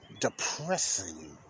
depressing